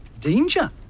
Danger